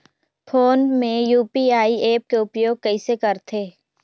Phone मे UPI app के उपयोग कइसे करथे?